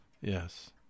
Yes